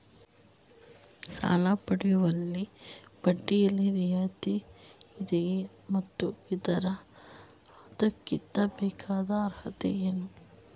ಸಾಲ ಪಡೆಯಲು ಬಡ್ಡಿಯಲ್ಲಿ ರಿಯಾಯಿತಿ ಇದೆಯೇ ಮತ್ತು ಇದ್ದರೆ ಅದಕ್ಕಿರಬೇಕಾದ ಅರ್ಹತೆ ಏನು?